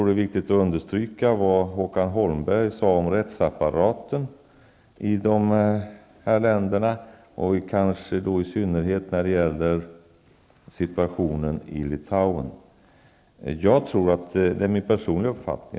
Det är viktigt att understryka vad Håkan Holmberg sade om rättsapparaten i dessa länder, och det gäller särskilt situationen i Litauen.